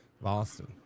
boston